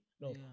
No